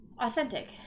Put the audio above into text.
authentic